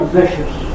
vicious